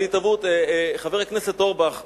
חבר הכנסת אורבך,